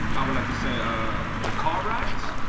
have like to say ah the car rats.